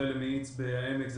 כולל מאיץ בבית חולים העמק.